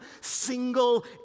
single